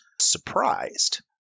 surprised